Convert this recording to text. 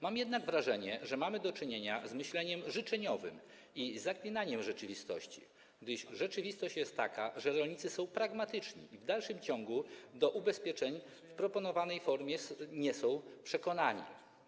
Mam jednak wrażenie, że mamy do czynienia z myśleniem życzeniowym i zaklinaniem rzeczywistości, gdyż rzeczywistość jest taka, że rolnicy są pragmatyczni i w dalszym ciągu do ubezpieczeń w proponowanej formie nie są przekonani.